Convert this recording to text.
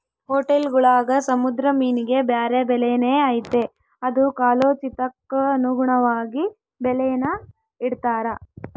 ಹೊಟೇಲ್ಗುಳಾಗ ಸಮುದ್ರ ಮೀನಿಗೆ ಬ್ಯಾರೆ ಬೆಲೆನೇ ಐತೆ ಅದು ಕಾಲೋಚಿತಕ್ಕನುಗುಣವಾಗಿ ಬೆಲೇನ ಇಡ್ತಾರ